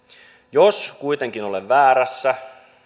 jos kuitenkin olen väärässä